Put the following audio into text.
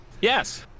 Yes